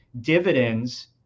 dividends